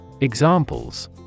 Examples